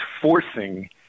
forcing